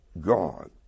God